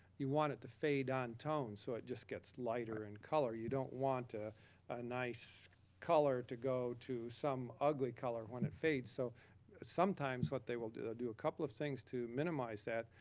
you want it to fade on tone so it just gets lighter in color. you don't want a ah nice color to go to some ugly color when it fades. so sometimes, what they will do is couple of things to minimize that,